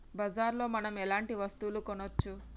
బజార్ లో మనం ఎలాంటి వస్తువులు కొనచ్చు?